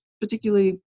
particularly